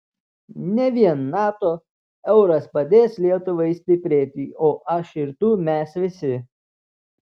ne vien nato euras padės lietuvai stiprėti o aš ir tu mes visi